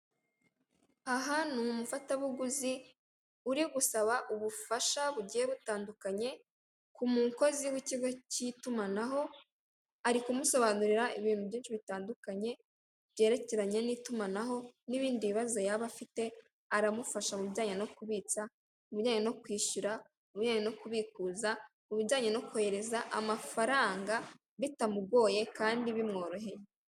Aha ni umufatabuguzi uri gusaba ubufasha bugiye butandukanye ku mukozi w'ikigo cy'itumanaho, ari kumusobanurira ibintu byinshi bitandukanye byerekeranye n'itumanaho n'ibindi bibazo yaba afite, aramufasha mu bijyanye no kubitsa, mu bujyanye no kwishyura, mu bijyanye no kubikuza, mu bijyanye no kohereza amafaranga, bitamugoye kandi bimworoheye.